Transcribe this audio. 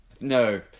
No